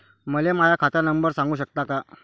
मले माह्या खात नंबर सांगु सकता का?